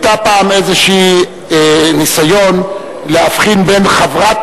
היה פעם איזה ניסיון להבחין בין חברת